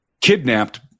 kidnapped